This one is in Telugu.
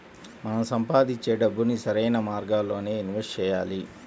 మనం సంపాదించే డబ్బుని సరైన మార్గాల్లోనే ఇన్వెస్ట్ చెయ్యాలి